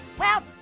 well,